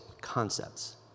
concepts